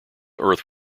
earth